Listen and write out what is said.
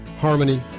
harmony